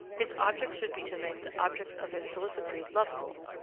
his object should be to make the objects of his solicitude lovable,